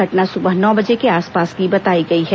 घटना सुबह नौ बजे के आसपास की बताई गई है